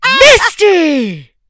misty